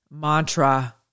mantra